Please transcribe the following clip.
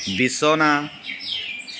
বিছনা